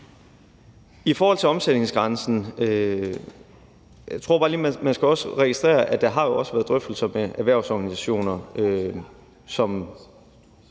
I forhold til omsætningsgrænsen tror jeg bare lige, at man skal registrere, at der jo også har været drøftelser med erhvervsorganisationer, som